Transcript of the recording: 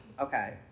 Okay